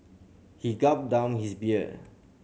he gulped down his beer